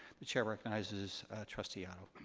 the chair recognizes trustee otto.